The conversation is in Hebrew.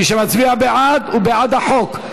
מי שמצביע בעד הוא בעד החוק.